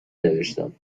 نوشتم